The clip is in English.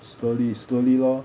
slowly slowly lor